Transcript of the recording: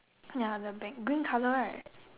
ya the bank green colour right